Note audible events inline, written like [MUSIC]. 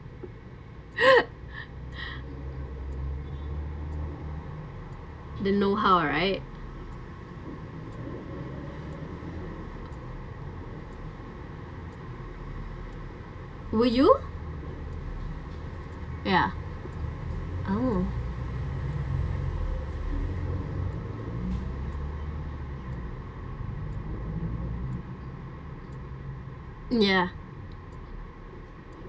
[LAUGHS] the know how right would you ya oo ya